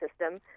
system